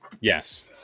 Yes